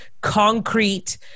concrete